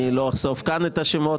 לא אחשוף כאן את השמות.